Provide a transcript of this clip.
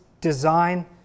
design